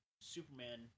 Superman